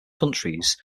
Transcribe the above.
countries